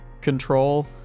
control